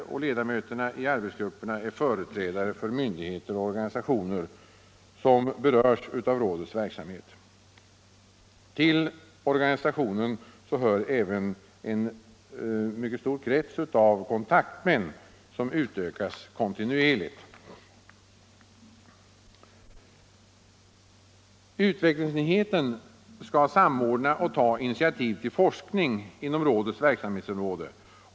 Ledamöter i arbetsgrupperna är företrädare för myndigheter och organisationer som berörs av rådets verksamhet. Till organisationen hör även en mycket stor krets av kontaktmän som utökas kontinuerligt. Utvecklingsenheten skall samordna och ta initiativ till forskning inom rådets verksamhetsområde.